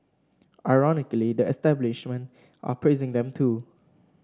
ironically the establishment are praising them too